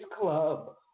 club